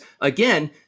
again